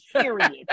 Period